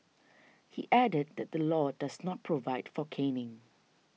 he added that the law does not provide for caning